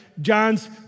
John's